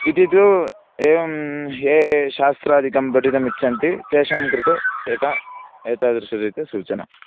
इति तु एवं ये शास्त्रादिकं पठितुमिच्छन्ति तेषां कृते एका एतादृशरीत्या सूचना